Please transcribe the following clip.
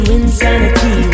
insanity